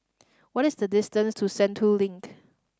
what is the distance to Sentul Link